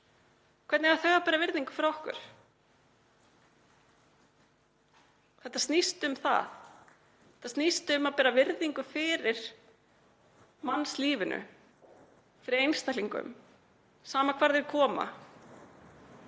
eiga þau að bera virðingu fyrir okkur? Þetta snýst um það. Þetta snýst um að bera virðingu fyrir mannslífinu, fyrir einstaklingum, sama hvaðan þeir koma,